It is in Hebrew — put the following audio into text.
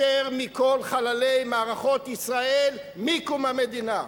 יותר מכל חללי מערכות ישראל מקום המדינה,